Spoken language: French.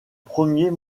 premier